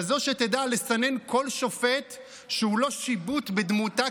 כזאת שתדע לסנן כל שופט שהוא לא שיבוט בדמותה,